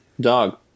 Dog